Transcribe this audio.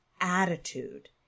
attitude